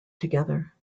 together